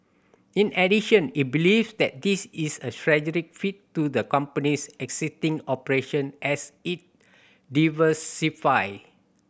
in addition it believes that this is a strategic fit to the company's existing operation as it diversify